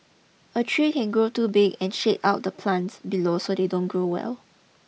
a tree can grow too big and shade out the plants below so they don't grow well